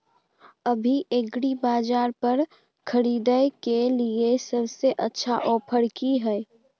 अभी एग्रीबाजार पर खरीदय के लिये सबसे अच्छा ऑफर की हय?